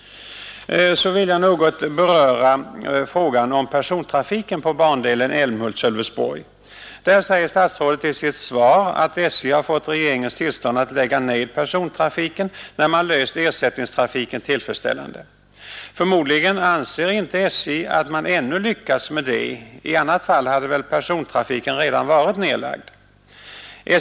Så vill jag något beröra frågan om persontrafiken på bandelen Älmhult—Sölvesborg. Där säger statsrådet i sitt svar att SJ har fått regeringens tillstånd att lägga ned persontrafiken när man löst ersättningstrafiken tillfredsställande. Förmodligen anser inte SJ att man ännu lyckats med det — i annat fall hade väl persontrafiken redan varit nedlagd.